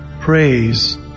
praise